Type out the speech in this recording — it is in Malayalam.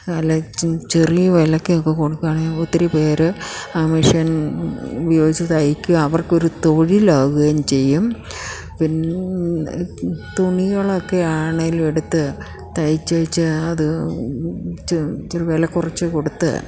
അല്ല ചെറിയ വിലയ്ക്കൊക്കെ കൊടുക്കുകയാണെങ്കിൽ ഒത്തിരി പേർ ആ മെഷൻ ഉപയോഗിച്ച് തയ്ക്ക്ക അവർക്കൊരു തൊഴിലാവുകയും ചെയ്യും പിന്നെ തുണികളൊക്കെ ആണെങ്കിലും എടുത്തു തയ്ച്ച് അത് ഇച്ചിരി വിലകുറച്ചു കൊടുത്ത്